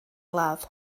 ladd